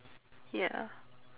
ya